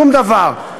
שום דבר.